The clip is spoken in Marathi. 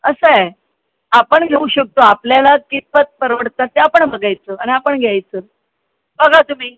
असं आहे आपण घेऊ शकतो आपल्याला कितपत परवडतात ते आपण बघायचं आणि आपण घ्यायचं बघा तुम्ही